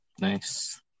Nice